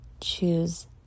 choose